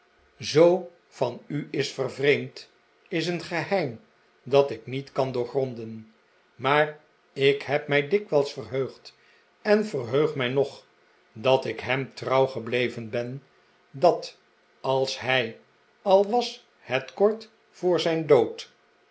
zoo van u is vervreemd is een geheim dat ik niet kan doorgronden maar ik heb mij dikwijls verheugd en verheug mij nog dat ik hem trouw gebleven ben dat als hij al was het kort voor zijn dood